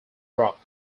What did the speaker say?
rock